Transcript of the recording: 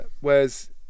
whereas